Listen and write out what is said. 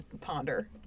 ponder